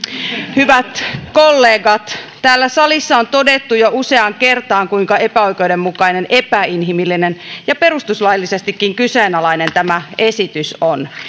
hyvät kollegat täällä salissa on todettu jo useaan kertaan kuinka epäoikeudenmukainen epäinhimillinen ja perustuslaillisestikin kyseenalainen tämä esitys on